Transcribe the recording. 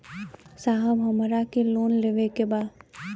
साहब हमरा के लोन लेवे के बा